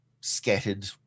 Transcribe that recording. scattered